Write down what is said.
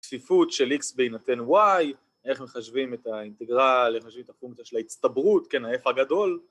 צפיפות של x בהינתן y, איך מחשבים את האינטגרל, איך מחשבים את הפונקציה של ההצטברות, כן, ה-F הגדול